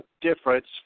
difference